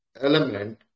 element